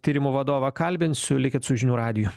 tyrimo vadovą kalbinsiu likit su žinių radiju